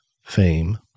fame